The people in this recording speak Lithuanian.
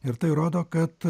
ir tai rodo kad